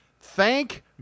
Thank